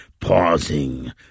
pausing